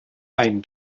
ein